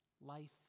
life